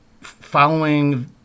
following